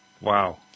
wow